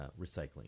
recycling